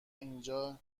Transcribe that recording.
اینجا